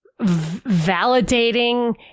validating